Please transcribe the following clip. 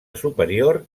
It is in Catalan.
superior